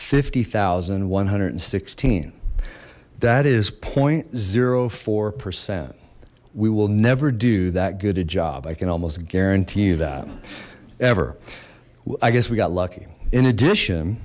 fifty thousand one hundred and sixteen that is point zero four percent we will never do that good job i can almost guarantee you that ever well i guess we got lucky in addition